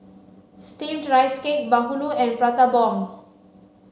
steamed rice cake bahulu and prata bomb